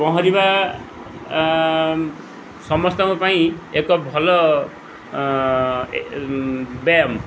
ପହଁରିବା ସମସ୍ତଙ୍କ ପାଇଁ ଏକ ଭଲ ବ୍ୟାୟାମ